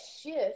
shift